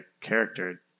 character